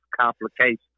complications